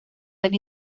del